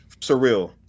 surreal